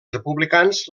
republicans